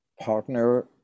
partner